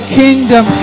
kingdom